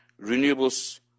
renewables